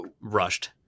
rushed